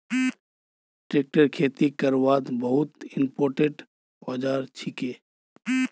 tractor खेती करवार बहुत इंपोर्टेंट औजार छिके